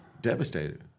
devastated